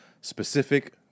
Specific